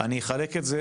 אני אחלק את זה,